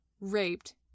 raped